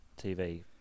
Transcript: TV